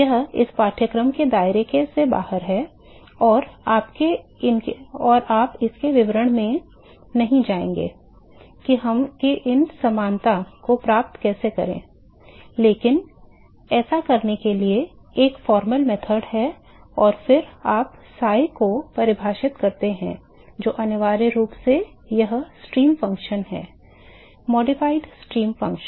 यह इस पाठ्यक्रम के दायरे से बाहर है और आप इसके विवरण में नहीं जाएंगे कि इन समानता को कैसे प्राप्त करें लेकिन ऐसा करने के लिए एक औपचारिक विधि है और फिर आप साई को परिभाषित करते हैं जो अनिवार्य रूप से यह स्ट्रीम फ़ंक्शन है संशोधित स्ट्रीम फ़ंक्शन